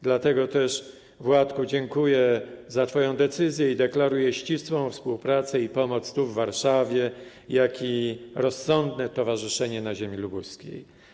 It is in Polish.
Dlatego też, Władku, dziękuję za twoją decyzję i deklaruję ścisłą współpracę i pomoc tu, w Warszawie, jak i rozsądne towarzyszenie na ziemi lubuskiej.